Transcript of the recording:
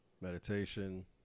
Meditation